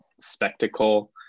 spectacle